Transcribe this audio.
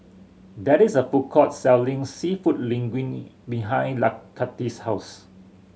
there is a food court selling Seafood Linguine behind Kathie's house